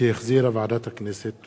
שהחזירה ועדת הכנסת.